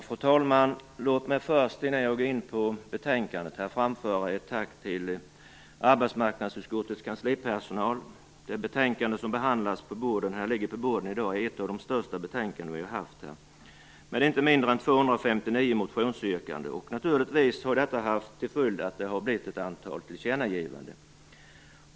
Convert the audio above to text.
Fru talman! Låt mig först, innan jag går in på betänkandet, framföra ett tack till arbetsmarknadsutskottets kanslipersonal. Det betänkande som ligger på bordet i dag är ett av de största betänkanden vi har haft här, med inte mindre än 259 motionsyrkanden. Naturligtvis har detta haft till följd att det har blivit ett antal tillkännagivanden.